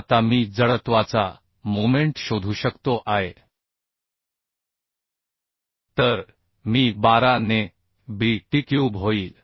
आता मी जडत्वाचा मोमेंट I शोधू शकतो तर मी 12 ने b t क्यूब होईल